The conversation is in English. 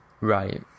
right